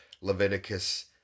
Leviticus